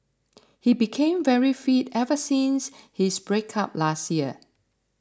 he became very fit ever since his breakup last year